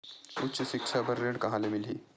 उच्च सिक्छा बर ऋण कहां ले मिलही?